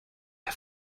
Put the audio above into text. der